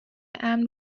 امن